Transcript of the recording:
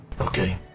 Okay